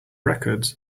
records